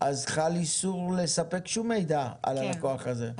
אז חל איסור לספק שום מידע על הלקוח הזה,